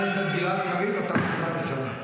חבר הכנסת גלעד קריב, אתה בקריאה ראשונה.